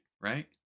right